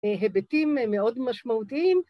‫היבטים מאוד משמעותיים.